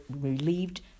relieved